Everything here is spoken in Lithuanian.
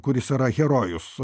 kuris yra herojus